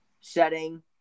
setting